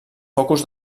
focus